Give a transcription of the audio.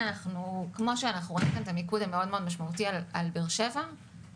כמו שאנחנו רואים את המיקוד המשמעותי על באר שבע,